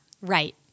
right